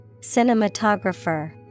Cinematographer